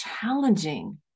challenging